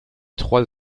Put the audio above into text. trois